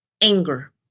anger